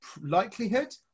likelihood